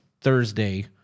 Thursday